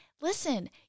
listen